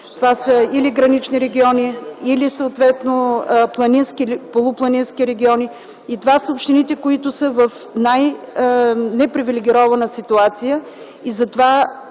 Това са или гранични региони, или съответно планински или полупланински региони. Това са общините, които са в най-непривилегирована ситуация. Ако